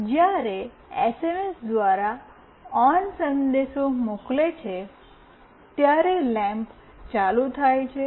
જ્યારે એસએમએસ દ્વારા "ઓન" સંદેશ મોકલે છે ત્યારે લેમ્પ ચાલુ થાય છે